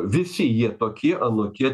visi jie tokie anokie